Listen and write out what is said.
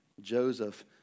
Joseph